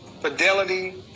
Fidelity